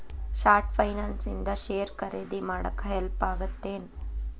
short finance ಇಂದ share ಖರೇದಿ ಮಾಡಾಕ ಹೆಲ್ಪ್ ಆಗತ್ತೇನ್